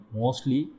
mostly